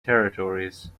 territories